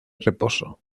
reposo